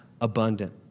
abundant